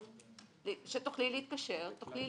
שתוכלי להתקשר, תוכלי